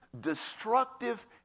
destructive